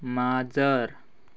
माजर